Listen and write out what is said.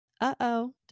Uh-oh